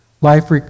Life